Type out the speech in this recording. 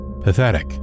pathetic